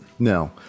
No